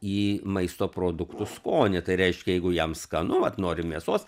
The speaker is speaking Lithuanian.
į maisto produktų skonį tai reiškia jeigu jam skanu vat norim mėsos